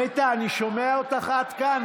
נטע, אני שומע אותך עד כאן.